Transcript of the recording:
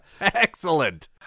Excellent